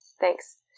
Thanks